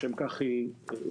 לשם כך היא הוקמה